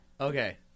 Okay